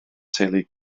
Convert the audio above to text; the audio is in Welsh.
teulu